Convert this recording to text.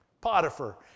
Potiphar